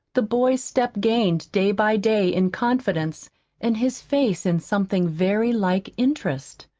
the boy's step gained day by day in confidence and his face in something very like interest.